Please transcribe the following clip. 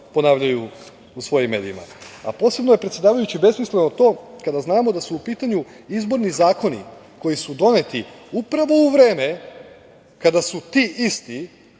ponavljaju u svojim medijima. Posebno je, predsedavajući, besmisleno to, kada znamo da su u pitanju izborni zakoni koji su doneti upravo u vreme kada su ti isti,